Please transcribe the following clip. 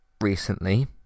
recently